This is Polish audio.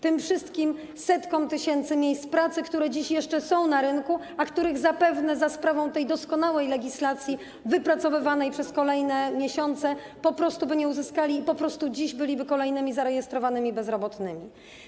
Tym wszystkim setkom tysięcy miejsc pracy, które dziś jeszcze są na rynku, a których zapewne za sprawą tej doskonałej legislacji wypracowywanej przez kolejne miesiące po prostu by nie uzyskali i po prostu dziś byliby kolejnymi zarejestrowanymi bezrobotnymi.